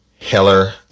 Heller